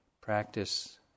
practice